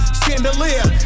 chandelier